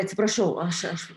atsiprašau aš aš